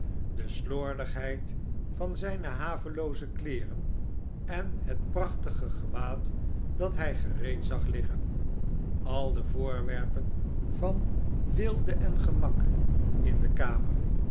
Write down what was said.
de slordigheid van zijne havelooze kleeren en het prachtige gewaad dat hij gereed zag liggen al de voorwerpen van weelde en gemak in de kamer